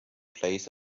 plays